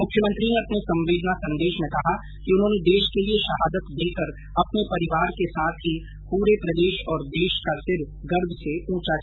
मुख्यमंत्री ने अपने संवेदना संदेश में कहा कि उन्होंने देश के लिए शहादत देकर अपने परिवार के साथ ही पूरे प्रदेश और देश का सिर गर्व से ऊंचा किया है